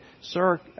sir